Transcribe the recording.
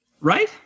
Right